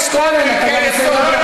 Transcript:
כי אוסאמה לא מוכן לערכי יסוד,